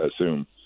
assume